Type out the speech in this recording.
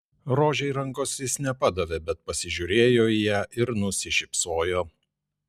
rožei rankos jis nepadavė bet pasižiūrėjo į ją ir nusišypsojo